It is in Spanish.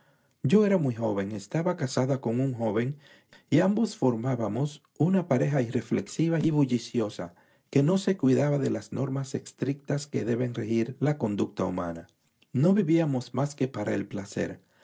yo era muy joven estaba casada con un joven y ambos formábamos una pareja irreflexiva y bulliciosa que no se cuidaba de las normas estrictas que deben regir la conducta humana no vivíamos más que para el placer